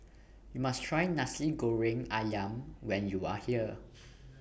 YOU must Try Nasi Goreng Ayam when YOU Are here